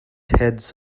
heads